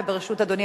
וברשות אדוני,